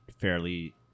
fairly